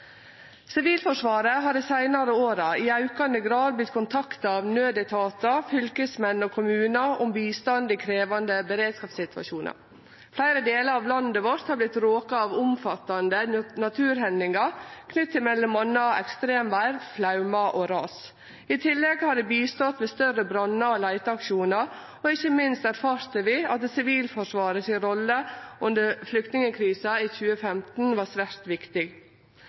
Sivilforsvaret har dei seinare åra i aukande grad vorte kontakta av nødetatar, fylkesmenn og kommunar om bistand i krevjande beredskapssituasjonar. Fleire delar av landet vårt har vorte råka av omfattande naturhendingar knytte til m.a. ekstremvêr, flaumar og ras. I tillegg har dei hjelpt til ved større brannar og leiteaksjonar, og ikkje minst erfarte vi at Sivilforsvaret si rolle under flyktningkrisa i 2015 var veldig viktig.